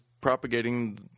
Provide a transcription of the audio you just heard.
propagating